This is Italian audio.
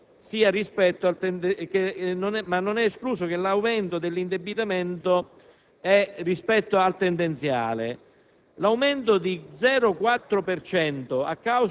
ma non è escluso che ci sia un aumento dell'indebitamento rispetto al tendenziale.